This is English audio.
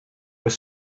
were